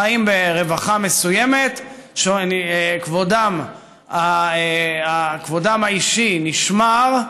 חיים ברווחה מסוימת, כבודם האישי נשמר,